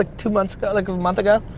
ah two months ago, like, a month ago?